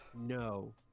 no